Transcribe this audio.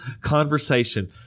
conversation